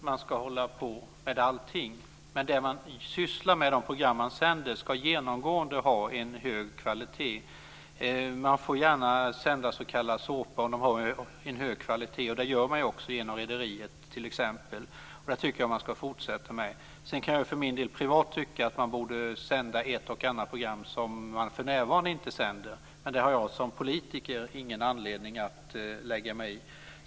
Herr talman! Jag tycker inte heller att man ska hålla på med allting. Men de program man sänder ska genomgående ha en hög kvalitet. Man får gärna sända s.k. såpa om den har en hög kvalitet, och det gör man ju också genom t.ex. Rederiet. Det tycker jag att man ska fortsätta med. Sedan kan jag för min del privat tycka att man borde sända ett och annat program som man för närvarande inte sänder, men det har jag som politiker ingen anledning att lägga mig i.